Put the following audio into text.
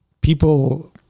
people